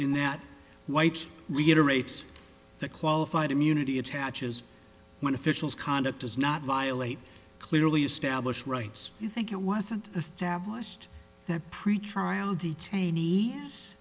in that white reiterate that qualified immunity attaches when officials conduct does not violate clearly established rights you think it wasn't established that pretrial detainee